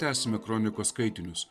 tęsime kronikos skaitinius